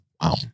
Wow